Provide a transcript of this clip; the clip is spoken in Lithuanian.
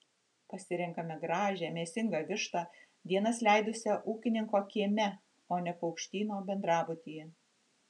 pasirenkame gražią mėsingą vištą dienas leidusią ūkininko kieme o ne paukštyno bendrabutyje